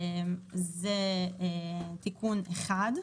זה תיקון אחד.